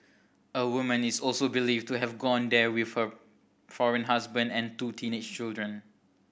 a woman is also believed to have gone there with her foreign husband and two teenage children